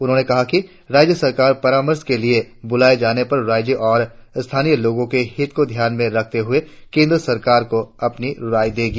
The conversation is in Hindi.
उन्होंने कहा कि राज्य सरकार परामर्श के लिए ब्रुलाए जाने पर राज्य और स्थानीय लोगो के हित को ध्यान में रखते हुए केंद्र सरकार को अपनी राय देगी